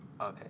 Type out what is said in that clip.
Okay